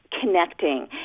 connecting